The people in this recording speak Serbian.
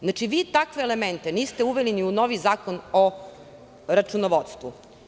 Znači, vi takve elemente niste uneli ni u novi Zakon o računovodstvu.